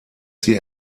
sie